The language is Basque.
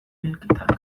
bilketak